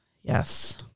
Yes